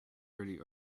really